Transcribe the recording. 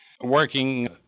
working